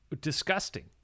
disgusting